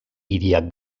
hiriak